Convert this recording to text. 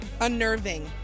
Unnerving